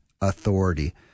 authority